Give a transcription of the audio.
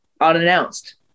unannounced